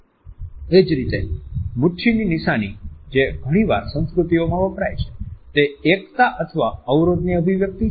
એ જ રીતે મુઠ્ઠીની નિશાની જે ઘણીવાર સંસ્કૃતિઓમાં વપરાય છે તે એકતા અથવા અવરોધની અભિવ્યક્તિ છે